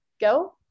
go